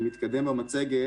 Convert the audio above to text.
אם נתקדם במצגת,